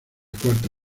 cuarta